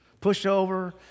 pushover